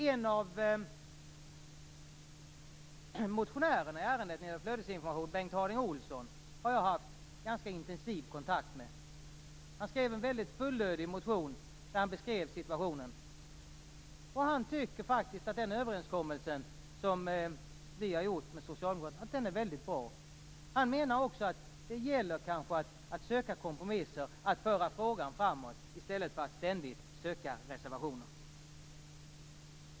En av motionärerna i ärendet när det gäller flödesinformation, Bengt Harding Olson, har jag haft ganska intensiv kontakt med. Han skrev en mycket fullödig motion där han beskrev situationen. Han tycker faktiskt att den överenskommelse som vi har gjort med socialdemokraterna är mycket bra. Han menar också att det kanske gäller att söka kompromisser, att föra frågan framåt i stället för att ständigt söka reservationer.